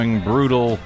brutal